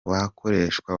bakoresha